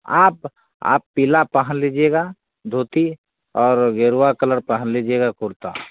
आप आप पीला पहन लीजिएगा धोती और गेरुआ कलर पहन लीजिएगा कुर्ता